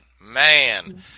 Man